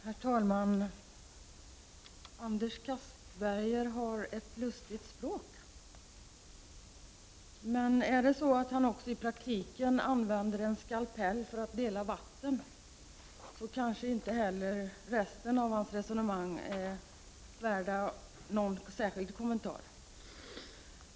Herr talman! Anders Castberger har ett lustigt språk. Är det så att han också i praktiken använder en skalpell för att dela vatten, så kanske inte heller resten av hans resonemang är värt någon särskild kommentar.